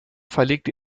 verlegte